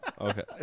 okay